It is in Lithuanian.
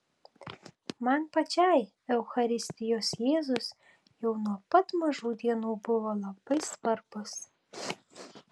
man pačiai eucharistijos jėzus jau nuo pat mažų dienų buvo labai svarbus